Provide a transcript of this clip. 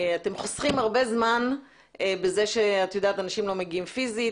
אתם חוסכים הרבה זמן בכך שאנשים לא מגיעים פיזית,